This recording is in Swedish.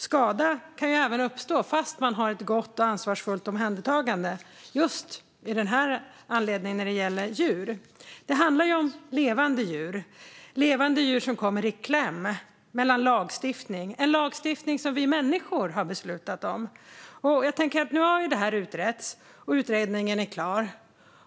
Skada kan ju uppstå även vid ett gott och ansvarsfullt omhändertagande just när det gäller djur. Det handlar om levande djur som kommer i kläm i lagstiftningen - en lagstiftning som vi människor har beslutat om. Nu har detta utretts, och utredningen är klar.